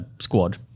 squad